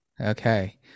Okay